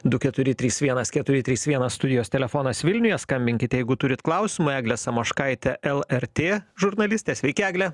du keturi trys vienas keturi trys vienas studijos telefonas vilniuje skambinkite jeigu turit klausimų eglė samoškaitė lrt žurnalistė sveiki egle